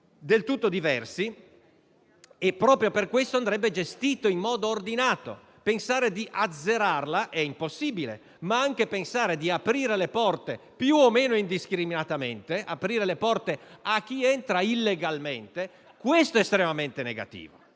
del tutto diversi e, proprio per questo, andrebbe gestita in modo ordinato. Pensare di azzerarla è impossibile, ma anche pensare di aprire le porte, più o meno indiscriminatamente, a chi entra illegalmente è estremamente negativo.